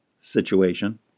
situation